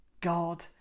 God